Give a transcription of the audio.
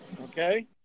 okay